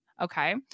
okay